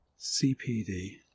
CPD